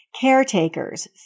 caretakers